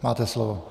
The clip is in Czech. Máte slovo.